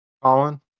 Colin